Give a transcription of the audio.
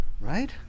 Right